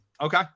okay